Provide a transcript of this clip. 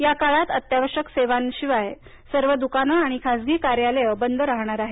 याकाळात अत्यावश्यक सेवांशिवाय सर्व दुकाने आणि खाजगी कार्यालये बंद राहणार आहेत